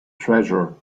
treasure